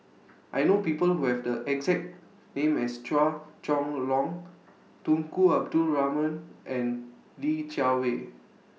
I know People Who Have The exact name as Chua Chong Long Tunku Abdul Rahman and Li Jiawei